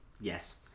Yes